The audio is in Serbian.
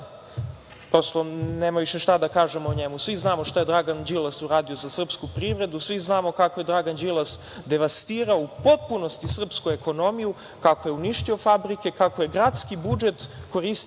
prosto nemam više šta da kažem o njemu, svi znamo šta je Dragan Đilas uradio za srpsku privredu, svi znamo kako je Dragan Đilas devastirao u potpunosti srpsku ekonomiju, kako je uništio fabrike, kako je gradski budžet koristio,